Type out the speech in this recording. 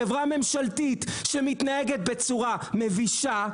חברה ממשלתית שמתנהגת בצורה מבישה,